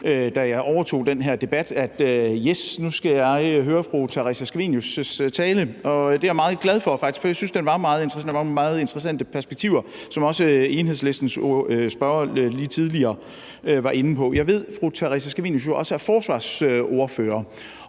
da jeg overtog den her debat, at yes, nu skal jeg høre fru Theresa Scavenius' tale. Og det er jeg faktisk meget glad for, for jeg synes, at der var nogle meget interessante perspektiver, som også Enhedslistens spørger tidligere var inde på. Jeg ved, at fru Theresa Scavenius jo også er forsvarsordfører,